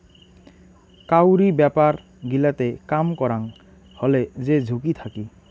কাউরি ব্যাপার গিলাতে কাম করাং হলে যে ঝুঁকি থাকি